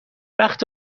وقت